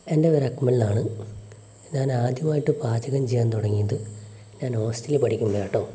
എൻ്റെ പേര് അക്മൽ എന്നാണ് ഞാൻ ആദ്യമായിട്ട് പാചകം ചെയ്യാൻ തുടങ്ങിയത് ഞാൻ ഹോസ്റ്റലിൽ പഠിക്കുമ്പോഴാണ് കേട്ടോ